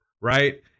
right